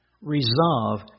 Resolve